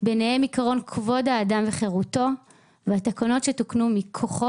ביניהם עיקרון כבוד האדם וחירותו והתקנות שתוקנו מכוחו